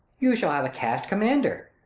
you shall have a cast commander,